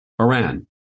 Iran